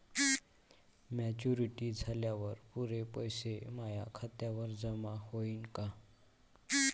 Maturity झाल्यावर पुरे पैसे माया खात्यावर जमा होईन का?